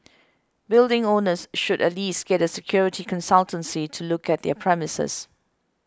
building owners should at least get a security consultancy to look at their premises